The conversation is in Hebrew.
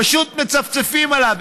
פשוט מצפצפים עליו,